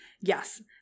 Yes